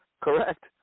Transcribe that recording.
Correct